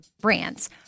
brands